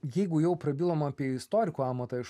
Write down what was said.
jeigu jau prabilom apie istoriko amatą iš